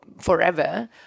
forever